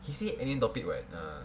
he say any topic [what] ah